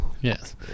yes